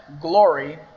glory